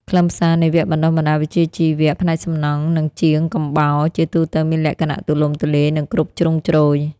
ខ្លឹមសារនៃវគ្គបណ្តុះបណ្តាលវិជ្ជាជីវៈផ្នែកសំណង់និងជាងកំបោរជាទូទៅមានលក្ខណៈទូលំទូលាយនិងគ្រប់ជ្រុងជ្រោយ។